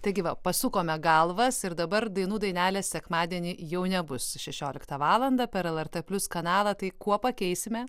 taigi va pasukome galvas ir dabar dainų dainelės sekmadienį jau nebus šešioliktą valandą per lrt plius kanalą tai kuo pakeisime